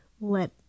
let